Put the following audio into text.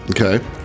Okay